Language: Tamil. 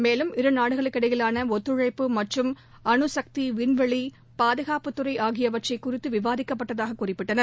மேலும்இ இருநாடுகளுக்கிடையிலான ஒத்துழைப்பு மற்றும் அணுசக்தி விண்வெளி பாதுகாப்பு துறை ஆகியவை குறித்து விவாதிக்கப்பட்டதாக குறிப்பிட்டனர்